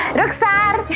milksop!